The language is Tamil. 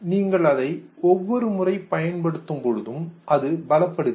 நீங்கள் அதை ஒவ்வொரு முறை பயன்படுத்தும் பொழுது அது பலப்படுகிறது